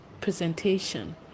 presentation